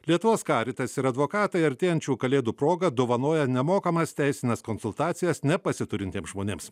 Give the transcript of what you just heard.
lietuvos karitas ir advokatai artėjančių kalėdų proga dovanoja nemokamas teisines konsultacijas nepasiturintiem žmonėms